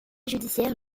judiciaires